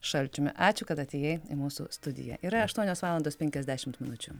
šalčiumi ačiū kad atėjai į mūsų studiją yra aštuonios valandos penkiasdešimt minučių